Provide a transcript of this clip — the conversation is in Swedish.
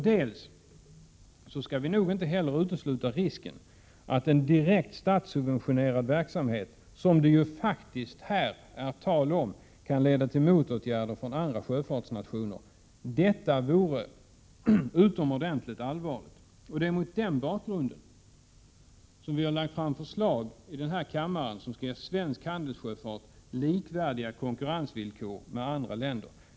Dels skall vi inte heller utesluta risken för att en direkt statssubventionerad verksamhet, som det faktiskt är tal om, kan leda till motåtgärder från andra sjöfartsnationer, vilket vore utomordentligt allvarligt. Det är mot den bakgrunden som vi har lagt fram förslag i den här kammaren som skall ge svensk handelssjöfart likvärdiga konkurrensvillkor jämfört med andra länder.